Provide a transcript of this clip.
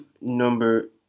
number